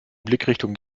blickrichtung